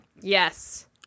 Yes